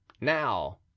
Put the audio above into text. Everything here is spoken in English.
now